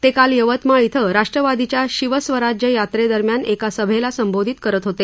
ते काल यवतमाळ थें राष्ट्रवादीच्या शिवस्वराज्य यात्रेदरम्यान एका सभेला संबोधित करत होते